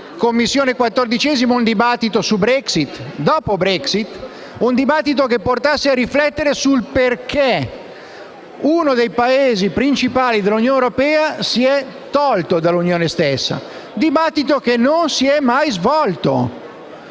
Commissione, un dibattito sul dopo Brexit, che portasse a riflettere sul perché uno dei Paesi principali dell'Unione europea si è tolto dall'Unione stessa. Tale dibattito non si è mai svolto,